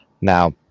Now